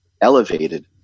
elevated